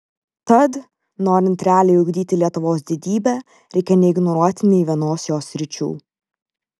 tad norint realiai ugdyti lietuvos didybę reikia neignoruoti nei vienos jos sričių